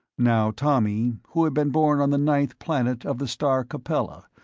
now tommy, who had been born on the ninth planet of the star capella,